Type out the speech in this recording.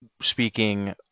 speaking